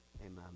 Amen